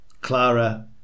Clara